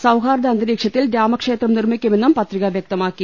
സൌഹാർദ്ദ അന്തരീക്ഷത്തിൽ രാമക്ഷേത്രം നിർമ്മിക്കുമെന്നും പത്രിക വൃക്തമാക്കി